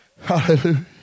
Hallelujah